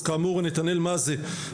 אז נתנאל מזא"ה,